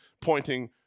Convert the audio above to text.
pointing